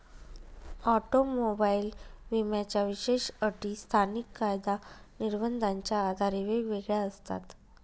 automobile विम्याच्या विशेष अटी स्थानिक कायदा निर्बंधाच्या आधारे वेगवेगळ्या असतात